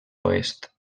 oest